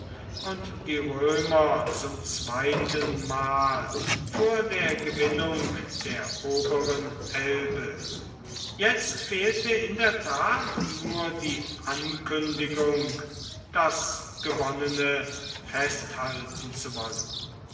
und die römer zum zweiten mal vor der gewinnung der oberen elbe jetzt fehlte in der tat nur die ankündigung das gewonnene festhalten zu wollen